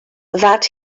that